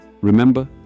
remember